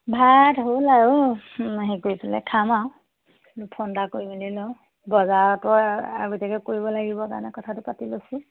ভাত হ'ল আৰু হেৰি কৰি পেলাই খাম আৰু ফোন এটা কৰি মেলি লওঁ বজাৰতো আগতীয়াকে কৰিব লাগিব কাৰণে কথাটো পাতি লৈছোঁ